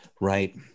Right